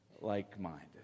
like-minded